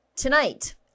Tonight